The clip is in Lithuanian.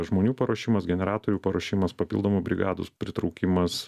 žmonių paruošimas generatorių paruošimas papildomų brigadų pritraukimas